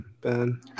Ben